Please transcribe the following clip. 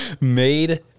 made